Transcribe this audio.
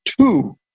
Two